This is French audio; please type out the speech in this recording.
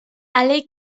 aller